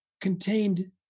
contained